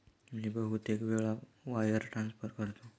मी बहुतेक वेळा wire transfer करतो